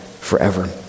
forever